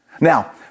Now